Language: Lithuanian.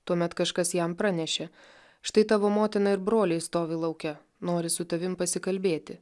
tuomet kažkas jam pranešė štai tavo motina ir broliai stovi lauke nori su tavim pasikalbėti